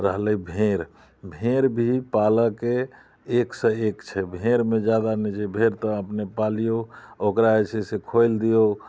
रहलै भेड़ भेड़ भी पालऽके एकसँ एक छै भेड़मे जादा नहि छै भेड़ तऽ अपने पालियौ ओकरा जे छै से खोलि दियौ